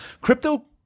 crypto